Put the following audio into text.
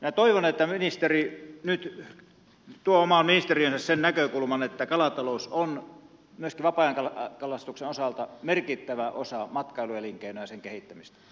minä toivon että ministeri nyt tuo omaan ministeriöönsä sen näkökulman että kalatalous on myöskin vapaa ajan kalastuksen osalta merkittävä osa matkailuelinkeinoa ja sen kehittämistä